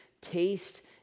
Taste